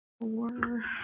four